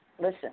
listen